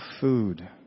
food